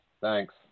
thanks